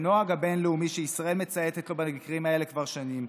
את הנוהג הבין-לאומי שישראל מצייתת לו במקרים האלה כבר שנים,